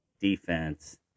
defense